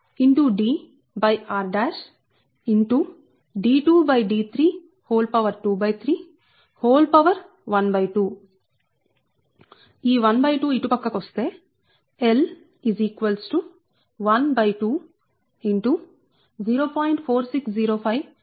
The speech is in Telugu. ఈ 12 ఇటు పక్కకు వస్తే L 120